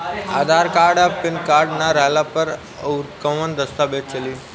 आधार card आ PAN card ना रहला पर अउरकवन दस्तावेज चली?